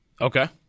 Okay